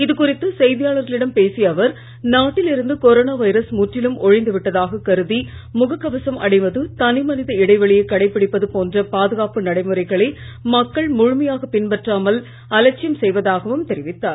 இதுகுறித்து செய்தியாளர்களிடம் பேசிய அவர் நாட்டிலிருந்து கொரோனா வைரஸ் முற்றிலும் ஒழிந்து விட்டதாக கருதி முகக் கவசம் அணிவது தனிமனித இடைவெளியை கடைபிடிப்பது போன்ற பாதுகாப்பு நடைமுறைகளை மக்கள் முழுமையாக பின்பற்றாமல் அலட்சியம் செய்வதாகவும் தெரிவித்தார்